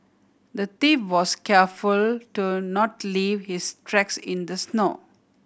the thief was careful to not leave his tracks in the snow